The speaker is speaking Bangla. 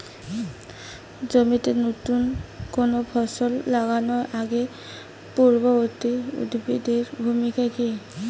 জমিতে নুতন কোনো ফসল লাগানোর আগে পূর্ববর্তী উদ্ভিদ এর ভূমিকা কি?